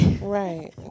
Right